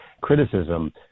criticism